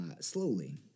slowly